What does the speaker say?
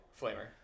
Flamer